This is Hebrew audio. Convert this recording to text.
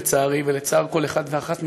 לצערי ולצער כל אחד ואחת מאתנו,